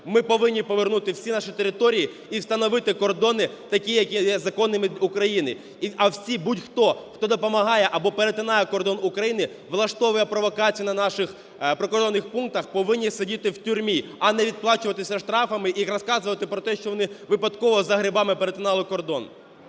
Ми повинні повернути всі наші території і встановити кордони такі, які є законними України. А всі, будь-хто, хто допомагає або перетинає кордон України, влаштовує провокації на наших прикордонних пунктах, повинні сидіти в тюрмі, а не відплачуватися штрафами і розказувати про те, що вони випадково за грибами перетинали кордон.